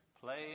play